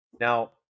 Now